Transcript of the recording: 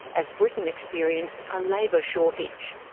as britain experienced a labour shortage.